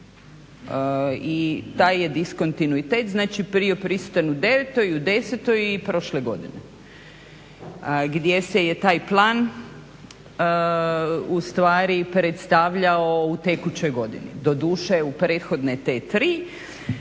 i taj je diskontinuitet znači bio prisutan u 2009., 2010. i prošle godine. A gdje se je taj plan ustvari predstavljao u tekućoj godini. Doduše u prethodne te